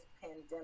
pandemic